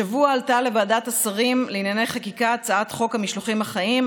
השבוע עלתה לוועדת השרים לענייני חקיקה הצעת חוק המשלוחים החיים,